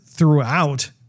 throughout